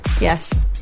Yes